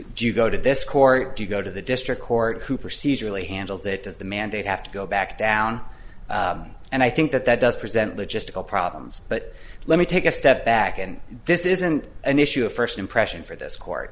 do you go to this court do you go to the district court who procedurally handles it does the mandate have to go back down and i think that that does present logistical problems but let me take a step back and this isn't an issue of first impression for this court